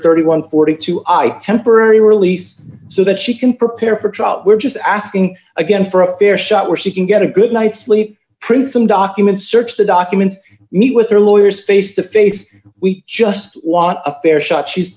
and forty two i temporary release so that she can prepare for trial which is asking again for a fair shot where she can get a good night's sleep print some documents search the documents meet with her lawyers face to face we just want a fair shot she's